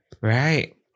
Right